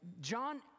John